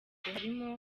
harimo